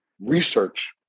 research